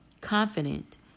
confident